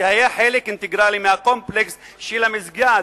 שהיה חלק אינטגרלי של הקומפלקס של המסגד,